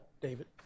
David